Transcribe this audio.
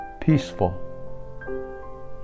peaceful